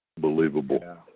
believable